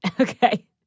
Okay